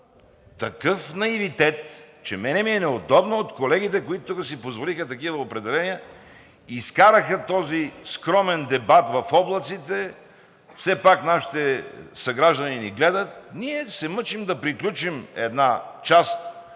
такъв наивитет, че на мен ми е неудобно от колегите, които тук си позволиха такива определения – изкараха този скромен дебат в облаците. Все пак нашите съграждани ни гледат. Ние се мъчим да приключим една част